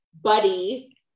Buddy